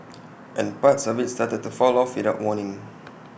and parts of IT started to fall off without warning